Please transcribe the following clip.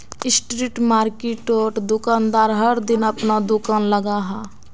street मार्किटोत दुकानदार हर दिन अपना दूकान लगाहा